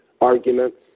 arguments